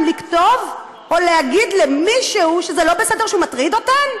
לכתוב או להגיד למישהו שזה לא בסדר שהוא מטריד אותן?